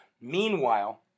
Meanwhile